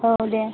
औ दे